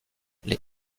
les